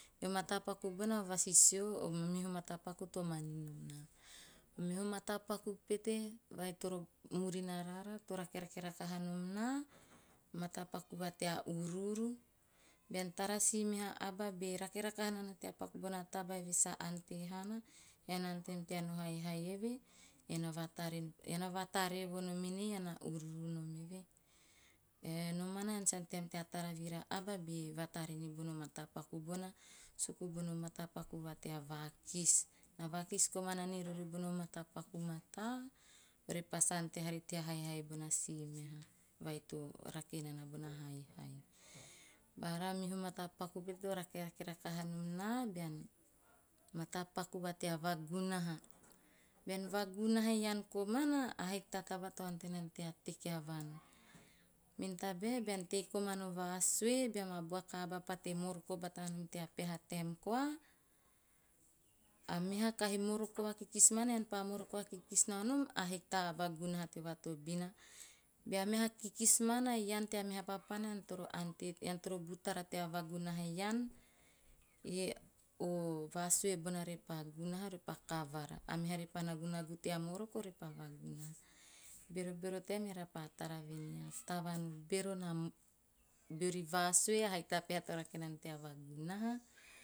O mata paku bona o vasisio o meho mata paku to manin nom na. O meho mata paku pete vai toro murina raara to rakerake rakaha nom na o mata paku pete vai toro murina raara to rakerake rakaha nom na o mata paku va tea uruuru, bean si meha aba berake rakaha nana tea paku bona tabae sa ante hana ean na ante tea no haihai eve, ean na vataare vo nom enei ean na uruuru nom eve. Evehe nomana ean sa ante ha nom tea tara vira a aba be vaatare ni bona mata paku bona suku bono mata paku vatea vakis. Na vakis komana ni rori bono mata paku o mata orepa sa ante ha tea haihai ni bona si aba vai to rake nana bona haihai. Bara o meho mata paku me to rakerake rakaha nom na bean mata paku va tea vaa gunaha, bean vaa gunaha ean komana ahiki taba to ante nana ante nana tea teki a vaan. Me tabe bean komana va sue, beam a bua aba pate moroko bata nom tea peha taem koa, a meha kahi moroko vakis mana ean pa moroko vakis nao nom ahiki ta aba gunaha teo vatobina. Bea meha kikis mana ean nea meha papana, ean toro butara tea vaa gunoha ean e o kasue bona repa kavara. A mepa repa nagu nagu tea moroko orepa vaa gunaha. Bero bero taem eara pa tara venei a tavaan bero na beori vaa sue ahaiki ta peha to rake nana tea vaa gunaha.